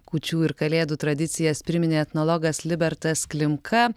kūčių ir kalėdų tradicijas priminė etnologas libertas klimka